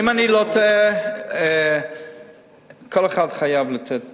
אם אני לא טועה, כל אחד חייב לתת טיפול,